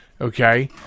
Okay